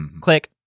Click